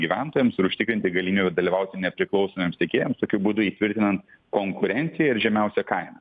gyventojams ir užtikrinti galimybę dalyvauti nepriklausomiems tiekėjams tokiu būdu įtvirtinant konkurenciją ir žemiausią kainą